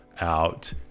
out